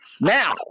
now